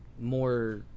more